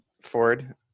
Ford